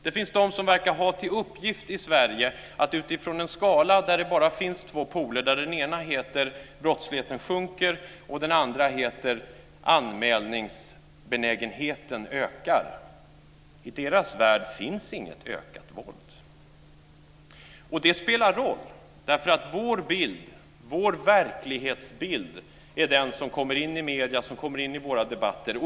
Det finns de i Sverige som verkar ha en uppgift utifrån en skala där det bara finns två poler. Den ena heter "brottsligheten sjunker" och den andra heter "anmälningsbenägenheten ökar". I deras värld finns inget ökat våld. Det här spelar roll. Vår bild, vår verklighetsbild, är den som kommer in i medierna, den som kommer in i våra debatter.